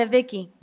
Vicky